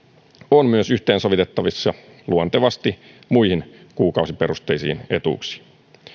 on myös yhteensovitettavissa luontevasti muihin kuukausiperusteisiin etuuksiin